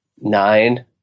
nine